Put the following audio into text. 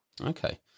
okay